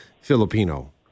Filipino